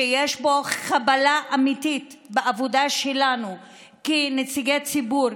שיש חבלה אמיתית בעבודה שלנו כנציגי ציבור,